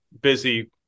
busy